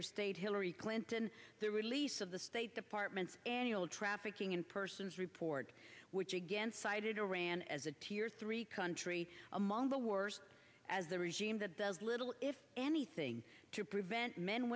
of state hillary clinton the release of the state department's annual trafficking in persons report which again cited iran as a tier three country among the worst as a regime that does little if anything to prevent men women and